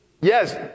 Yes